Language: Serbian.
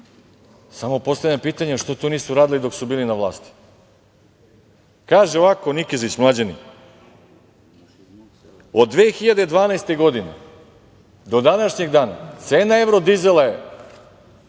Samo postavljam pitanje što to nisu radili dok su bili na vlasti. Kaže ovako Nikezić, mlađani, od 2012. godine, do današnjeg dana cena evro dizela je